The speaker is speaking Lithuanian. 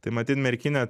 tai matyt merkinė